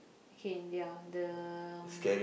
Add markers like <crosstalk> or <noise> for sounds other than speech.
okay ya the <noise>